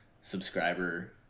subscriber